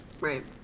Right